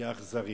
אכזרי.